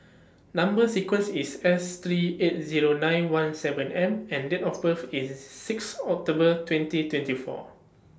Number sequence IS S three eight Zero nine one seven M and Date of birth IS six October twenty twenty four